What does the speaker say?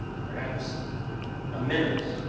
perhaps a minute,